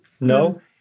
No